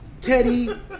Teddy